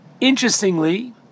interestingly